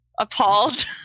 appalled